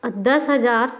दस हज़ार